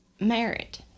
merit